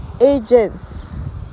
agents